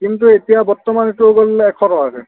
কিন্তু এতিয়া বৰ্তমান সেইটো হৈ গ'ল এশ টকাকৈ